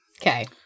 okay